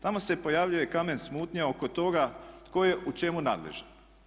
Tamo se pojavljuje kamen smutnje oko toga tko je u čemu nadležan.